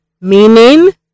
meaning